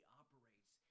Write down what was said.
operates